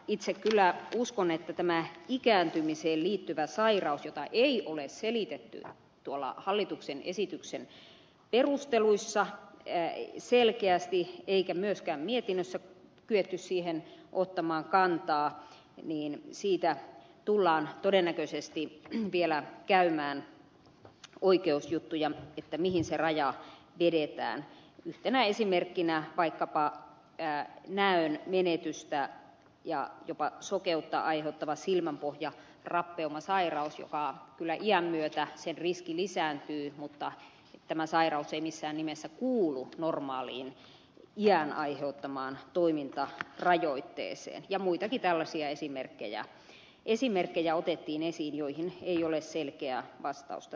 itse kyllä uskon että tästä ikääntymiseen liittyvästä sairaudesta jota ei ole selitetty hallituksen esityksen perusteluissa selkeästi ja johon ei myöskään mietinnössä kyetty ottamaan kantaa tullaan todennäköisesti vielä käymään oikeusjuttuja mihin se raja vedetään yhtenä esimerkkinä vaikkapa näön menetystä ja jopa sokeutta aiheuttava silmänpohjarappeumasairaus jonka riski kyllä iän myötä lisääntyy mutta tämä sairaus ei missään nimessä kuulu normaaliin iän aiheuttamaan toimintarajoitteeseen ja muitakin tällaisia esimerkkejä otettiin esiin joihin ei ole selkeää vastausta tullut